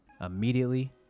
Immediately